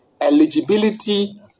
eligibility